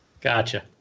Gotcha